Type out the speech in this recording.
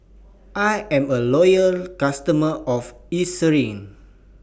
I'm A Loyal customer of Eucerin